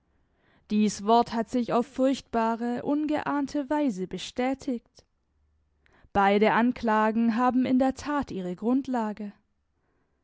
dies wort hat sich auf furchtbare ungeahnte weise bestätigt beide anklagen haben in der tat ihre grundlage